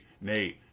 nate